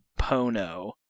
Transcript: Pono